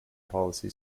policy